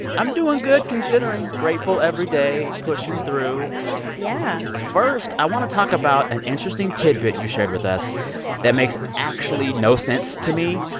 i'm doing good, considering. grateful every day. pushing through yeah first, i want to talk about an interesting tidbit you shared with us that makes actually no sense to me.